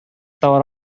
товар